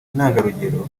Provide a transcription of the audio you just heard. intangarugero